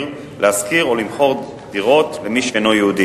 של העיר להשכיר או למכור דירות ללא-יהודים,